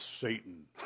Satan